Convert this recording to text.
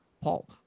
Paul